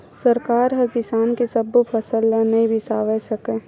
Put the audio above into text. सरकार ह किसान के सब्बो फसल ल नइ बिसावय सकय